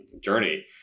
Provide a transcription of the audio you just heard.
journey